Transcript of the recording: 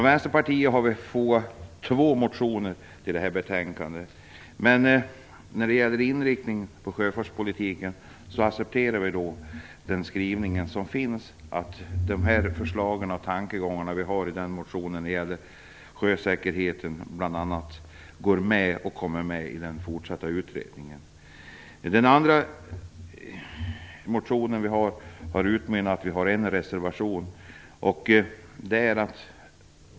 Vänsterpartiet har två motioner till betänkandet, men när det gäller inriktning på sjöfartspolitiken accepterar vi den skrivning som finns. De förslag och tankegångar vi fört fram i motionen när det bl.a. gäller sjösäkerhet kommer med i den fortsatta utredningen. Vår andra motion har utmynnat i en reservation.